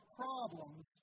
problems